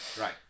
Right